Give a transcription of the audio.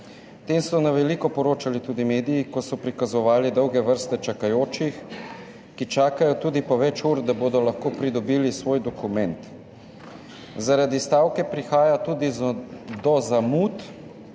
tem so na veliko poročali tudi mediji, ko so prikazovali dolge vrste čakajočih, ki čakajo tudi po več ur, da bodo lahko pridobili svoj dokument. Zaradi stavke prihaja tudi do zamud